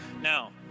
Now